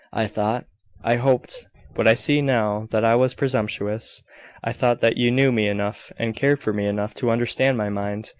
i thought i hoped but i see now that i was presumptuous i thought that you knew me enough, and cared for me enough, to understand my mind,